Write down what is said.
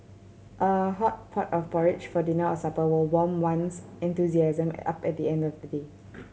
a hot pot of porridge for dinner or supper will warm one's enthusiasm up at the end of a day